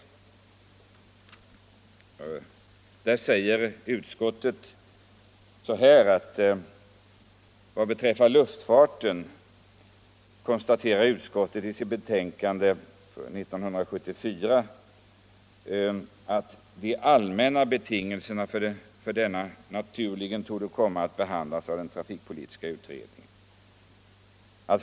I det sammanhanget skriver utskottet följande: ”Vad beträffar luftfarten konstaterade utskottet i sitt betänkande 1974:8 att de allmänna betingelserna för denna naturligen torde komma att behandlas av den trafikpolitiska utredningen ---.